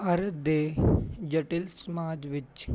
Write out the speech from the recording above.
ਭਾਰਤ ਦੇ ਜਟਿਲ ਸਮਾਜ ਵਿੱਚ